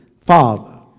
father